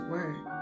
Word